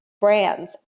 brands